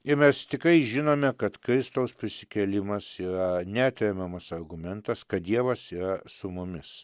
ir mes tikrai žinome kad kristaus prisikėlimas yra neatremiamas argumentas kad dievas yra su mumis